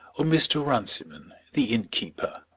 or mr. runciman, the innkeeper.